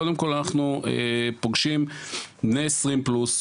קודם כל אנחנו פוגשים בני עשרים פלוס,